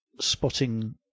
Spotting